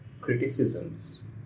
criticisms